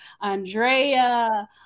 Andrea